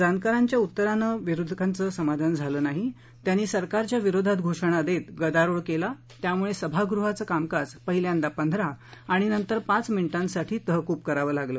जानकरांच्या उत्तराने विरोधकांचं समाधान झालं नाही त्यांनी सरकारविरोधात घोषणा देत गदारोळ केला त्यामुळे सभागृहाचं कामकाज पहिल्यांदा पंधरा आणि नंतर पाच मिनिटांसाठी तहकूब करावं लागलं